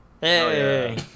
Hey